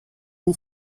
who